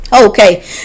Okay